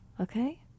okay